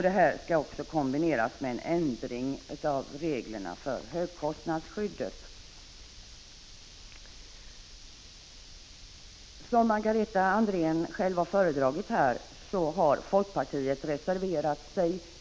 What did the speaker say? Detta skall även kombineras med en ändring av reglerna för högkostnadsskyddet. Som Margareta Andrén själv redovisat har folkpartiet reserverat sig till Prot.